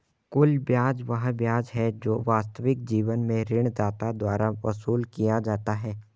कुल ब्याज वह ब्याज है जो वास्तविक जीवन में ऋणदाता द्वारा वसूल किया जाता है